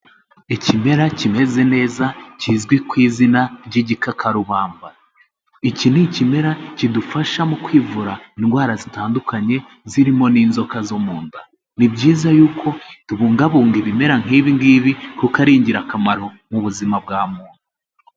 Ikimera kimeze neza kizwi ku izina ry'igikakarubamba, iki ni ikimera kidufasha mu kwivura indwara zitandukanye zirimo n'inzoka zo mu nda, ni byiza yuko tubungabunga ibimera nk'ibi ngibi kuko ari ingirakamaro mu buzima bwa muntu.